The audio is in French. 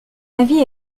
avis